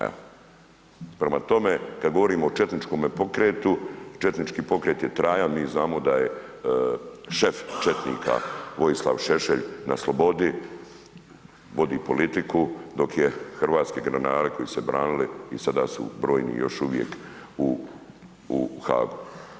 Evo, prema tome, kad govorimo o četničkome pokretu, četnički pokret je trajan, mi znamo da je šef četnika Vojislav Šešelj na slobodi, vodi politiku, dok je hrvatski generali koji su se branili i sada su brojni još uvijek u Haagu.